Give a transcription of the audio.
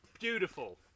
Beautiful